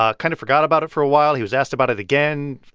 ah kind of forgot about it for a while. he was asked about it again,